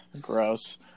Gross